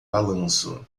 balanço